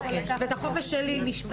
ואת החופש שלי?